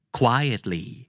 quietly